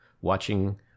watching